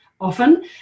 often